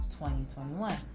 2021